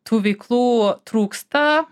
tų veiklų trūksta